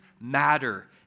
matter